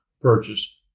purchase